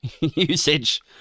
usage